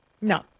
No